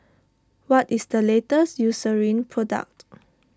what is the latest Eucerin product